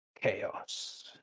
Chaos